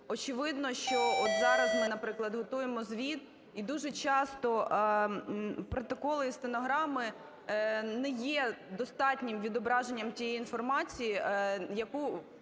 Очевидно, що от зараз ми, наприклад, готуємо звіт, і дуже часто протоколи і стенограми не є достатнім відображенням тієї інформації, яку